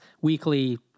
weekly